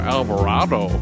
Alvarado